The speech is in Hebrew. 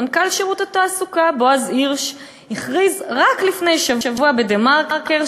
מנכ"ל שירות התעסוקה בועז הירש הכריז רק לפני שבוע ב"דה-מרקר",